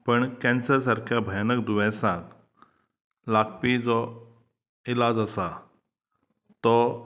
पण कॅन्सर सारक्या भयानक दुयेंसांक लागपी जो इलाज आसा तो